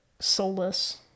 soulless